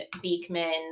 Beekman